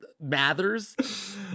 Mathers